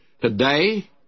Today